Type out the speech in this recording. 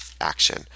action